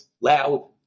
loud